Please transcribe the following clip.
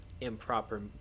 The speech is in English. improper